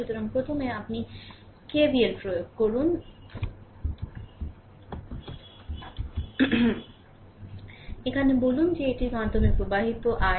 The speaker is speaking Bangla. সুতরাং প্রথমে আপনি KVL প্রয়োগ করুন এখানে বলুন যে এটির মাধ্যমে প্রবাহিত i